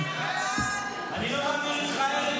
חוק הרשויות